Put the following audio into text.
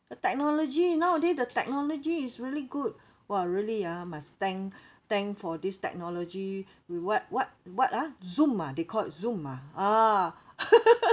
the technology nowadays the technology is really good !wah! really ah must thank thank for this technology we what what what ah Zoom ah they called it Zoom ah ah